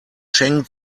schengen